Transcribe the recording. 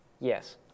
Yes